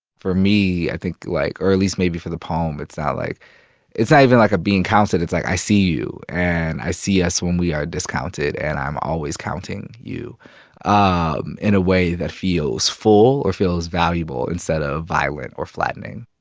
for me, i think, like or at least maybe for the poem, it's not ah like it's not even like a being counted. it's like, i see you, and i see us when we are discounted and i'm always counting you um in a way, that feels full or feels valuable instead of violent or flattening